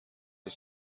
روز